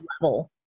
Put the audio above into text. level